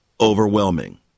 overwhelming